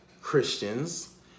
Christians